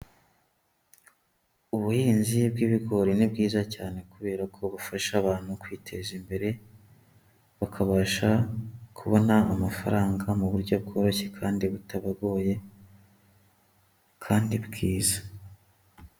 Ubuhinzi bw'ibigori ni bwiza cyane kubera ko bufasha abantu kwiteza imbere, bakabasha kubona amafaranga mu buryo bworoshye kandi butabagoye kandi bwiza.